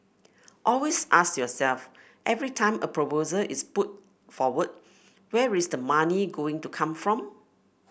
always ask yourself every time a proposal is put forward where is the money going to come from